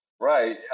right